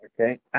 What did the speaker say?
Okay